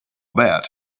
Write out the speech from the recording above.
bed